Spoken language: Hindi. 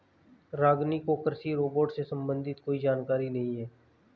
रागिनी को कृषि रोबोट से संबंधित कोई जानकारी नहीं है